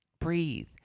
breathe